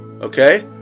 Okay